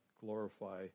glorify